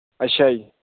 ਅੱਛਾ ਜੀ